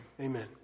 Amen